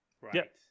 Right